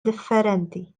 differenti